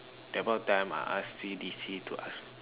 that point of time I ask C_D_C to ask